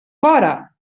fora